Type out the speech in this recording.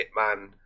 hitman